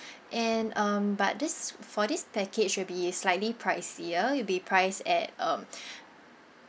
and um but this for this package will be slightly pricier will be priced at um